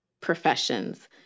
professions